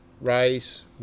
rice